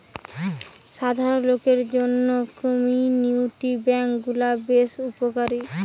সাধারণ লোকদের জন্য কমিউনিটি বেঙ্ক গুলা বেশ উপকারী